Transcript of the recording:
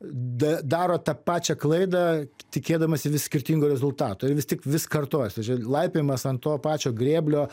d daro tą pačią klaidą tikėdamasi vis skirtingo rezultato ir vis tik vis kartojasi laipiojimas ant to pačio grėblio